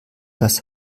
das